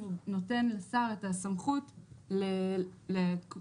והוא נותן לשר את הסמכות